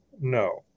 No